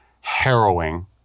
harrowing